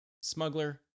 smuggler